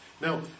Now